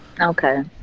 Okay